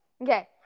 Okay